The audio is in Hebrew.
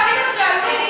שמטפל באישה של מחבל.